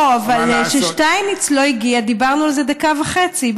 לא, אבל ששטייניץ לא הגיע, דיברנו על זה דקה וחצי.